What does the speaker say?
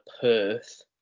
perth